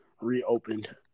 reopened